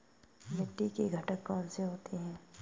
मिट्टी के घटक कौन से होते हैं?